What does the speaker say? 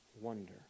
wonder